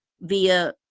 via